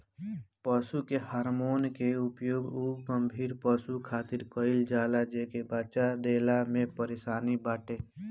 पशु के हार्मोन के प्रयोग उ गाभिन पशु खातिर कईल जाला जेके बच्चा देला में परेशानी बाटे